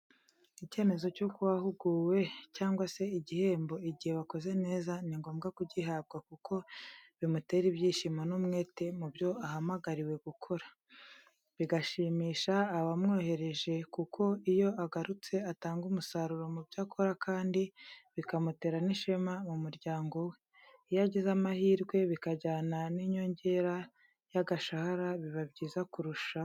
Icyemezo cy'uko wahuguwe cyangwa se igihembo igihe wakoze neza ni ngombwa kugihabwa kuko bimutera ibyishimo n'umwete mu byo ahamagariwe gukora. Bigashimisha abamwohereje kuko iyo agarutse atanga umusaruro mu byo akora kandi bikamutera n'ishema mu muryango we. Iyo agize amahirwe bikajyana n'inyongera y'agashahara biba byiza kurushaho.